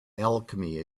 alchemy